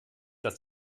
dass